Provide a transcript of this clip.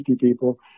people